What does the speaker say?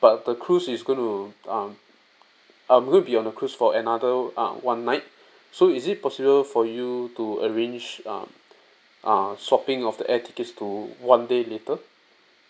but the cruise is going to um um we'll be on the cruise for another uh one night so is it possible for you to arrange um uh swapping of the air tickets to one day later